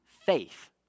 faith